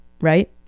right